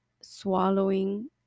swallowing